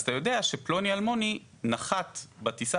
אז אתה יודע שפלוני אלמוני נחת בטיסה